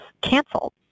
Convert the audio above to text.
canceled